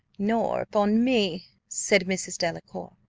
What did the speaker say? nor upon me, said mrs. delacour,